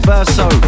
Verso